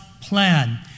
plan